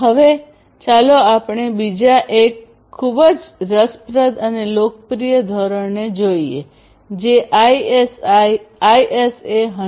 હવે ચાલો આપણે બીજા એક ખૂબ જ રસપ્રદ અને લોકપ્રિય ધોરણને જોઈએ જે ISA 100